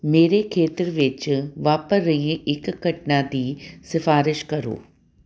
ਮੇਰੇ ਖੇਤਰ ਵਿੱਚ ਵਾਪਰ ਰਹੀ ਇੱਕ ਘਟਨਾ ਦੀ ਸਿਫਾਰਸ਼ ਕਰੋ